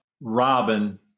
Robin